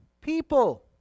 people